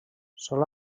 sol